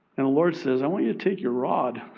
and the lord says, i want you to take your rod.